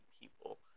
people